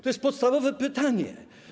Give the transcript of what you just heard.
To jest podstawowe pytanie.